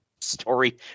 story